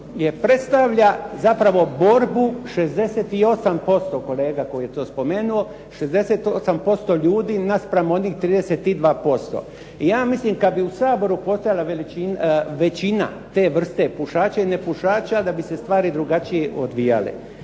predstavlja zapravo borbu 68% kolega koji je to spomenuo, 68% ljudi naspram onih 32%. I ja mislim kad bi u Saboru postojala većina te vrste pušača ili nepušača da bi se stvari drugačije odvijale.